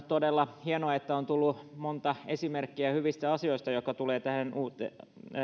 todella hienoa että on tullut monta esimerkkiä hyvistä asioista jotka tulevat tähän uuteen